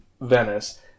Venice